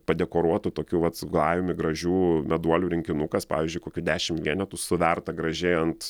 padekoruotų tokių vat su glajumi gražių meduolių rinkinukas pavyzdžiui kokių dešim vienetų suverta gražiai ant